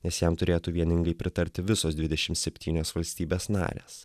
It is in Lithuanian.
nes jam turėtų vieningai pritarti visos dvidešim septynios valstybės narės